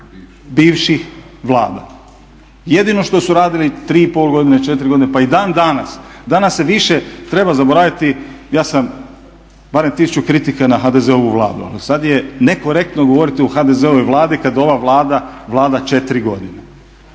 bivših Vlada. Jedino što su radili 3,5 godine, 4 godine pa i dan danas, danas se više treba zaboraviti, ja sam barem tisuću kritika na HDZ-ovu Vladu. Ali sada je nekorektno govoriti o HDZ-ovoj Vladi kada ova Vlada vlada 4 godine.